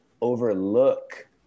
overlook